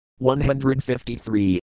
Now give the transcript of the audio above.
153